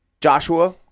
Joshua